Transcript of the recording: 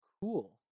Cool